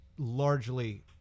largely